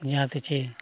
ᱚᱱᱟ ᱛᱮᱪᱮ